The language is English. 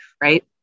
right